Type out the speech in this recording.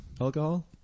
Alcohol